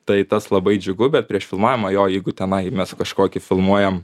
tai tas labai džiugu bet prieš filmavimą jo jeigu tenai mes kažkokį filmuojam